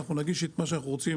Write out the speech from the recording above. ואנחנו נגיש את מה שאנחנו רוצים